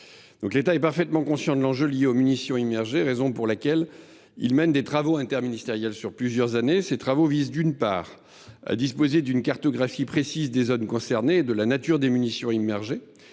L’État est parfaitement conscient de l’enjeu lié aux munitions immergées. C’est précisément pourquoi il y consacre des travaux interministériels, échelonnés sur plusieurs années. Ces travaux visent, d’une part, à nous doter d’une cartographie précise des zones concernées et de la nature des munitions immergées,